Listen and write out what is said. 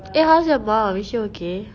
eh how's your mum is she okay